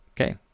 Okay